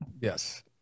Yes